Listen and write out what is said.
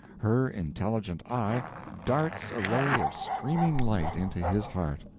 her intelligent eye darts a ray of streaming light into his heart.